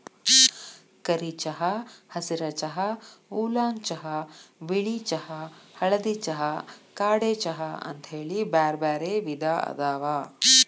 ಕರಿ ಚಹಾ, ಹಸಿರ ಚಹಾ, ಊಲಾಂಗ್ ಚಹಾ, ಬಿಳಿ ಚಹಾ, ಹಳದಿ ಚಹಾ, ಕಾಡೆ ಚಹಾ ಅಂತೇಳಿ ಬ್ಯಾರ್ಬ್ಯಾರೇ ವಿಧ ಅದಾವ